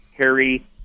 Harry